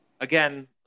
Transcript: Again